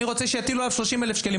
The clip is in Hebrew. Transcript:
אני רוצה שיטילו על כולם 30,000 שקלים.